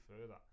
further